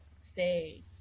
say